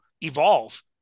evolve